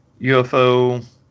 ufo